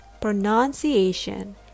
pronunciation